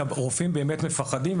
כי הרופאים באמת מפחדים,